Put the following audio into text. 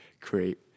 create